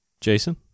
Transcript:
Jason